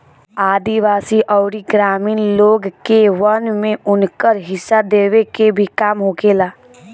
आदिवासी अउरी ग्रामीण लोग के वन में उनकर हिस्सा देवे के भी काम होखेला